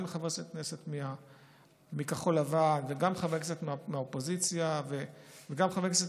גם לחברי כנסת מכחול לבן וגם לחברי כנסת